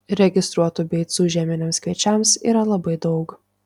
registruotų beicų žieminiams kviečiams yra labai daug